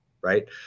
right